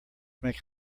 make